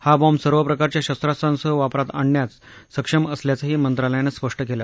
हा बॉम्ब सर्व प्रकारच्या शस्त्रास्त्रांसह वापरात आणण्यास सक्षम असल्याचंही मंत्रालयानं स्पष्ट केलं